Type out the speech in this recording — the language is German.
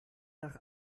nach